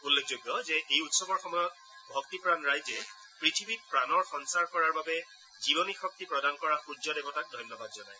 উল্লেখযোগ্য যে এই উৎসৱৰ সময়ত ভক্তপ্ৰাণ ৰাইজে পৃথিৱীত প্ৰাণৰ সঞ্চাৰ কৰাৰ বাবে জীৱনী শক্তি প্ৰদান কৰাৰ সূৰ্য দেৱতাক ধন্যবাদ জনায়